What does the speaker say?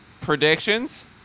Predictions